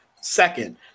Second